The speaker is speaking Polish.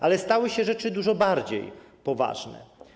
Ale stały się rzeczy dużo bardziej poważne.